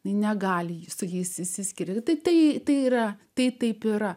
negali jis su jais išsiskirti tai tai yra tai taip yra